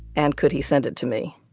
and could he send it to me?